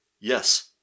Yes